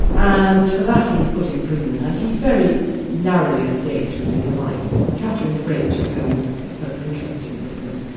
and for that he was put in prison, and he very narrowly escaped with his life. and catherine the great took um a personal interest in this.